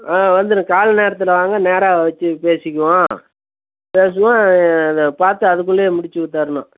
ஆ வந்துருங்க காலைல நேரத்தில் வாங்க நேராக வச்சு பேசிக்குவோம் பேசுவோம் அந்த பார்த்து அதுக்குள்ளயே முடித்துத் தரணும்